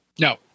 No